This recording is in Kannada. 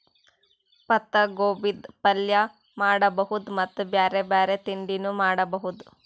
ಪತ್ತಾಗೋಬಿದ್ ಪಲ್ಯ ಮಾಡಬಹುದ್ ಮತ್ತ್ ಬ್ಯಾರೆ ಬ್ಯಾರೆ ತಿಂಡಿನೂ ಮಾಡಬಹುದ್